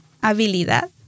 habilidad